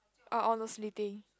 uh honestly think